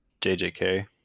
JJK